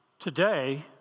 Today